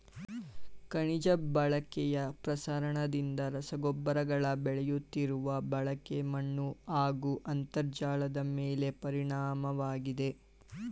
ಖನಿಜ ಬಳಕೆಯ ಪ್ರಸರಣದಿಂದ ರಸಗೊಬ್ಬರಗಳ ಬೆಳೆಯುತ್ತಿರುವ ಬಳಕೆ ಮಣ್ಣುಹಾಗೂ ಅಂತರ್ಜಲದಮೇಲೆ ಪರಿಣಾಮವಾಗಿದೆ